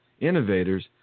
innovators